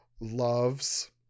loves